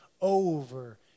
over